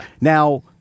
Now